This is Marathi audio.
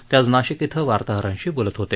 ते आज नाशिक इथं वार्ताहरांशी बोलत होते